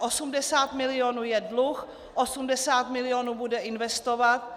Osmdesát milionů je dluh, 80 milionů bude investovat.